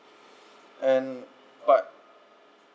and but